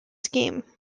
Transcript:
scheme